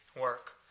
work